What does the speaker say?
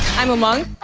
i'm umang.